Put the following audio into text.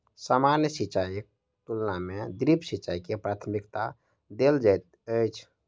सामान्य सिंचाईक तुलना मे ड्रिप सिंचाई के प्राथमिकता देल जाइत अछि